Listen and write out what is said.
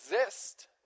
exist